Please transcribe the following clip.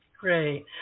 Great